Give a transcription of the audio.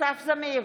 אסף זמיר,